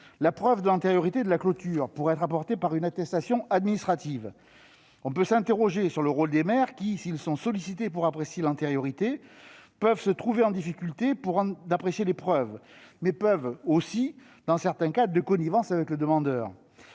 La preuve de l'antériorité de la clôture pourra être apportée par une attestation administrative. On peut s'interroger sur le rôle des maires. S'ils sont sollicités pour établir une telle antériorité, ils pourront se trouver en difficulté pour en apprécier les preuves. Dans certains cas, ils pourront aussi être de connivence avec le demandeur.